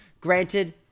Granted